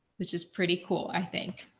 which is pretty cool. i think,